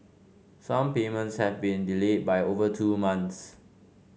some payments have been delayed by over two months